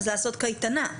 לעשות קייטנה.